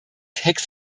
text